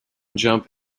jump